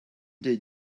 did